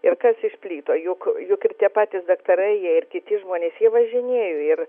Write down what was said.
ir kas išplito juk juk ir tie patys daktarai jie ir kiti žmonės jie važinėjo ir